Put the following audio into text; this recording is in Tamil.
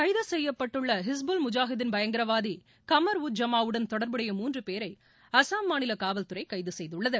கைது செய்யப்பட்டுள்ள ஹிஸ்புல் முஜாகிதின் பயங்கரவாதி கமர் வுஜ் ஜாமா உடன் தொடர்புடைய மூன்று பேரை அசாம் மாநில காவல்துறை கைது செய்துள்ளது